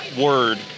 word